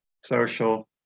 social